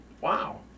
Wow